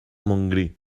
montgrí